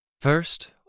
First